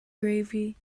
gravy